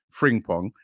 Fringpong